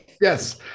Yes